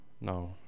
no